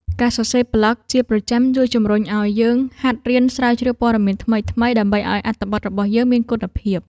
ការសរសេរប្លក់ជាប្រចាំជួយជម្រុញឱ្យយើងហាត់រៀនស្រាវជ្រាវព័ត៌មានថ្មីៗ ដើម្បីឱ្យអត្ថបទរបស់យើងមានគុណភាព។